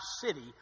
city